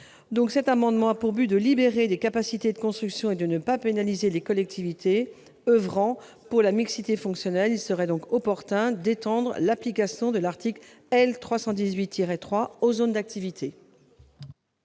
Cet amendement a pour objet de libérer des capacités de construction et de ne pas pénaliser les collectivités oeuvrant pour la mixité fonctionnelle. Il serait donc opportun d'étendre l'application de l'article L. 318-3 du code de